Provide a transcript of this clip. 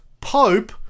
pope